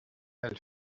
elle